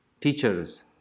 teachers